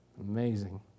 Amazing